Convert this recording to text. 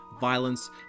Violence